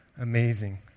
amazing